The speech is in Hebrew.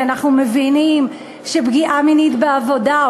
כי אנחנו מבינים שפגיעה מינית בעבודה,